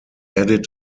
edit